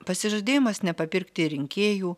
pasižadėjimas nepapirkti rinkėjų